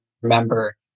remember